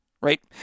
right